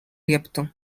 лепту